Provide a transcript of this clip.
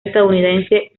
estadounidense